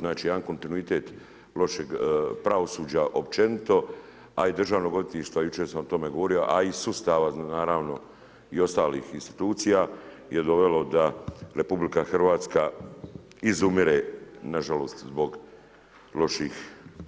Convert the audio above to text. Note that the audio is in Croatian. Znači, jedan kontinuitet lošeg pravosuđa općenito, a i državnog odvjetništva, jučer sam o tome govorio, a i sustava naravno i ostalih institucija je dovelo da RH izumire nažalost, zbog